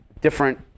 different